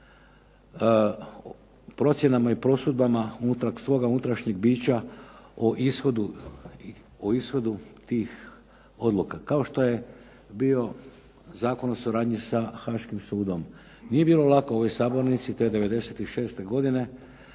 procjenama i prosudbama svoga unutarnjeg bića o ishodu tih odluka, kao što je bio Zakon o suradnji sa Haškim sudom. Nije bilo lako u ovoj sabornici te '96. godine